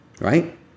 right